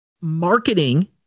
Marketing